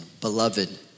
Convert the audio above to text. Beloved